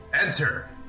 Enter